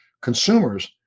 consumers